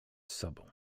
sobą